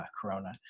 Corona